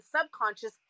subconscious